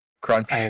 Crunch